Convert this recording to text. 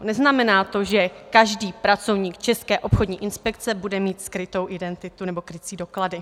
Neznamená to, že každý pracovník České obchodní inspekce bude mít skrytou identitu nebo krycí doklady.